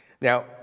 Now